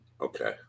Okay